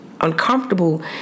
uncomfortable